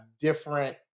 different